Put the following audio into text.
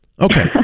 Okay